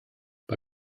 bei